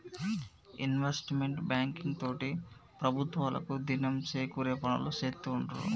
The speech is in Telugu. ఇన్వెస్ట్మెంట్ బ్యాంకింగ్ తోటి ప్రభుత్వాలకు దినం సేకూరే పనులు సేత్తూ ఉంటారు